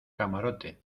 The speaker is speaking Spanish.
camarote